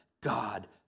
God